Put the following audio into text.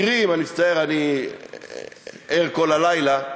אני מצטער, אני ער כל הלילה.